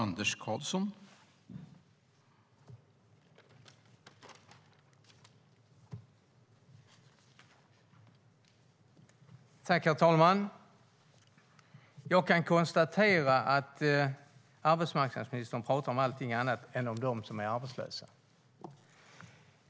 Herr talman! Jag kan konstatera att arbetsmarknadsministern pratar om allting annat än om dem som är arbetslösa.